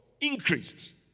increased